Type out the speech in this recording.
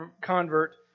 convert